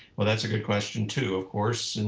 well that's a good question too, of course. and